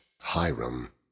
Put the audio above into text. Hiram